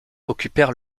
occupèrent